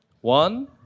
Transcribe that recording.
One